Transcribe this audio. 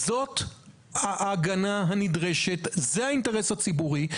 זאת ההגנה הנדרשת, זה האינטרס הציבורי.